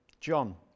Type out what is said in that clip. john